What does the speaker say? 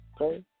Okay